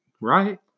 Right